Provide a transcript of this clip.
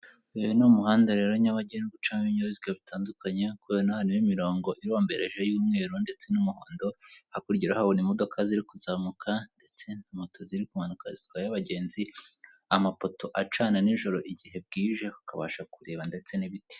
Uyu ni umuhanada rero nyabagendwa ucamo ibinyabiziga bitandukanye urabona harimo imirongo irombereje y'umweru ndetse n'umuhondo, hakurya urahabona imodoka ziri kuzamuka ndetse na moto ziri kumanuka zitwaye abagenzi, amapoto acana nijoro igihe bwije ukabasha kureba ndetse n'ibiti.